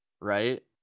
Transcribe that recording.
Right